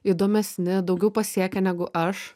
įdomesni daugiau pasiekę negu aš